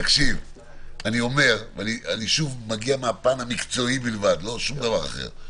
אני שוב מגיע מהפן המקצועי בלבד ולא שום דבר אחר.